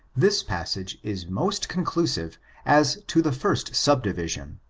this passage is most conclusive as to the first subdivision.